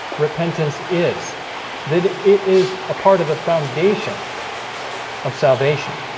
repentance is that it is a part of the foundation of salvation